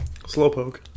Slowpoke